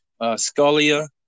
Scalia